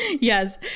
Yes